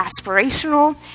aspirational